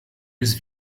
des